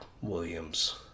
Williams